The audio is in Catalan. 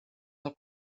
del